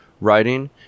writing